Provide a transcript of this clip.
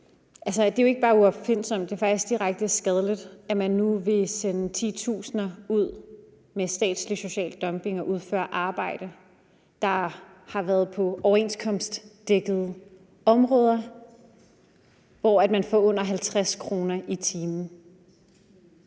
det er jo ikke bare uopfindsomt, men faktisk direkte skadeligt, at man nu vil sende titusinder ud og bidrage til statslig social dumping ved at udføre arbejde, der har været på overenskomstdækkede områder, til under 50 kr. i timen.